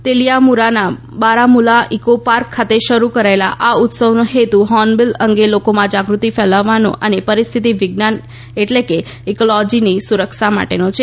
તેલિયામુરાના Baramura eco park ખાતે શરૂ થયેલા આ ઉત્સવનો હેતુ હોર્નબિલ અંગે લોકોમાં જાગૃતિ ફેલાવવાનો અને પરિસ્થિતિ વિજ્ઞાન એટલે કે ઇકોલોજીની સુરક્ષા માટેનો છે